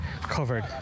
covered